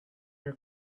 your